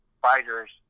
fighters